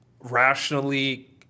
rationally